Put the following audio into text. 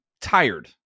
tired